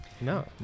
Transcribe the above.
No